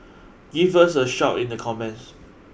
give us a shout in the comments